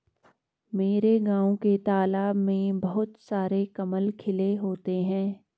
मेरे गांव के तालाब में बहुत सारे कमल खिले होते हैं